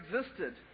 existed